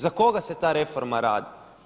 Za koga se ta reforma radi?